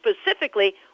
specifically